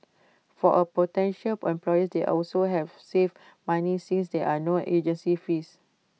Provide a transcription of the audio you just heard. for A potential employers they can also save money since there are no agency fees